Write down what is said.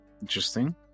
Interesting